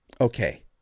Okay